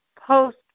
post